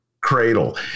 cradle